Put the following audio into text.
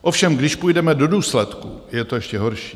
Ovšem když půjdeme do důsledků, je to ještě horší.